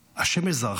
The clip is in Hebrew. השמש זרחה,